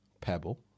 Pebble